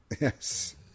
Yes